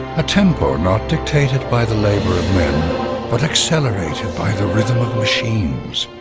a tempo not dictated by the labor of men but accelerated by the rhythm of machines.